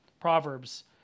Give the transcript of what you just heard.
Proverbs